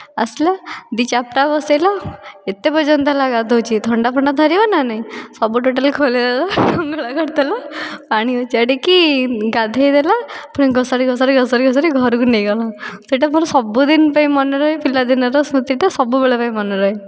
ଆସିଲା ଦୁଇ ଚାପଡ଼ା ବସାଇଲା ଏତେ ପର୍ଯ୍ୟନ୍ତ ହେଲା ଗାଧୋଉଛି ଥଣ୍ଡା ଫଣ୍ଡା ଧରିବ ନା ନାହିଁ ସବୁ ଟୋଟାଲ୍ ଖୋଲିଦେଲା ନଙ୍ଗଳା କରିଦେଲା ପାଣି ଉଜାଡ଼ି କି ଗାଧୋଇଦେଲା ପୁଣି ଘୋଷାଡ଼ି ଘୋଷାଡ଼ି ଘୋଷାଡ଼ି ଘୋଷାଡ଼ି ଘରକୁ ନେଇ ଗଲା ସେଟା ମୋର ସବୁ ଦିନ ପାଇଁ ମାନେ ରହିବ ପିଲା ଦିନର ସ୍ମୁତିଟା ସବୁବେଳେ ପାଇଁ ମନେ ରହେ